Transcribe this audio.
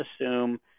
assume